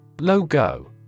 Logo